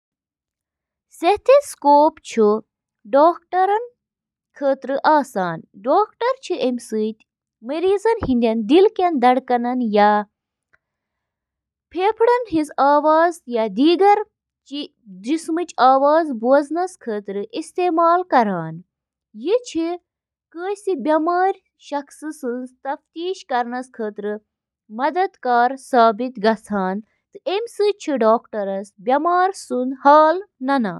Skin ہٕنٛدیٚن طرفن چھِ لٔٹہِ آسان، یتھ ریڈنگ تہِ ونان چھِ، واریاہو وجوہاتو کِنۍ، یتھ منٛز شٲمِل چھِ: جعل سازی تہٕ کلپنگ رُکاوٕنۍ، بوزنہٕ یِنہٕ والیٚن ہٕنٛز مدد، لباس کم کرُن تہٕ باقی۔